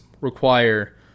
require